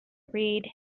read